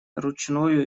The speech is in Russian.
ручною